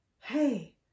hey